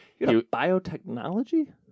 Biotechnology